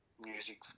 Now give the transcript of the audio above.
music